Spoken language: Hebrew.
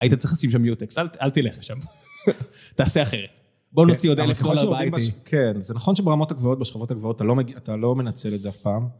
היית צריך לשים שם מיוטקס, אל תלך לשם, תעשה אחרת. בוא נוציא עוד אלף דולר על באייפי. כן, זה נכון שברמות הגבוהות, בשכבות הגבוהות אתה לא מנצל את זה אף פעם.